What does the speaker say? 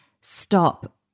stop